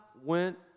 went